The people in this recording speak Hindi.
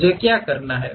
मुझे क्या करना है